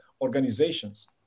organizations